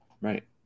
Right